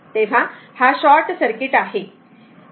तेव्हा हा short circuit आहे